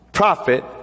prophet